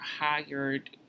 hired